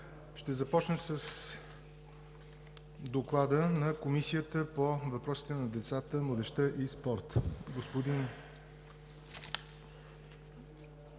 Ще започнем с Доклада на Комисията по въпросите на децата, младежта и спорта.